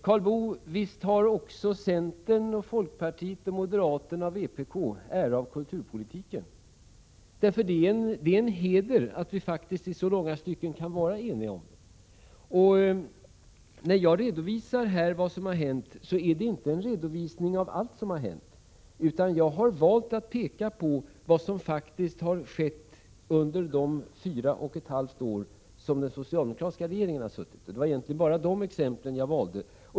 Karl Boo, visst har också centerpartiet, folkpartiet, moderaterna och vpk ära av kulturpolitiken — det är en heder att vi i långa stycken kan vara eniga om den. När jag här redovisar vad som har hänt är det inte en redovisning av allt som har hänt, utan jag har valt att peka på vad som har skett under de fyra och ett halvt år som den socialdemokratiska regeringen suttit vid makten. Det var egentligen bara de exemplen jag valde.